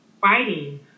fighting